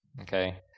Okay